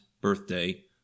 Birthday